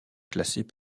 classés